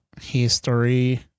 history